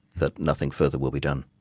that nothing further will be done.